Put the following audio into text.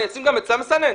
אני אשים גם אצלה מסנן?